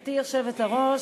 גברתי היושבת-ראש,